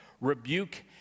rebuke